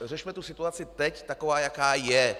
Řešme tu situaci teď, takovou, jaká je!